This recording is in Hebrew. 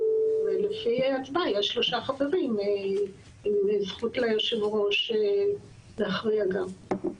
ולפי ההצבעה יש שלושה חברים וזכות ליושב הראש להכריע גם.